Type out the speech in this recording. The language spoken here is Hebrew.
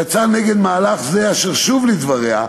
יצאה נגד מהלך זה, אשר שוב, לדבריה,